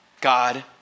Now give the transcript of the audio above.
God